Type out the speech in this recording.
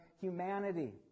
humanity